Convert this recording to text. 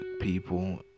people